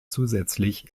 zusätzlich